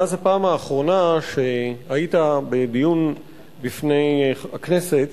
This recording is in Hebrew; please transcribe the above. מאז הפעם האחרונה שהיית בדיון לפני הכנסת